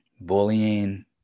bullying